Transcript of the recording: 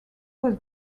was